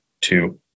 two